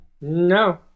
No